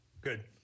good